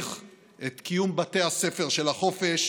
להמשיך את קיום בתי הספר של החופש